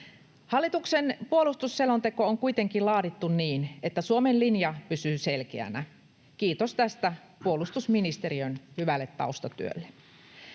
Hallituksen puolustusselonteko on kuitenkin laadittu niin, että Suomen linja pysyy selkeänä. Kiitos tästä puolustusministeriön hyvälle taustatyölle.